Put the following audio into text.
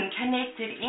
connected